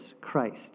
Christ